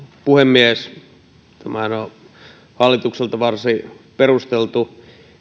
puhemies tämä on hallitukselta varsin perusteltu